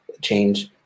change